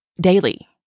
daily